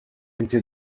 into